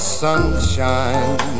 sunshine